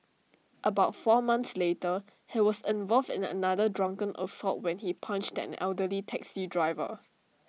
about four months later he was involved in another drunken assault when he punched an elderly taxi driver